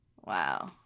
Wow